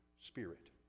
spirit